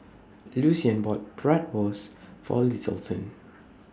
Lucian bought Bratwurst For Littleton